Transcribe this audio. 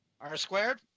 R-squared